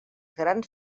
grans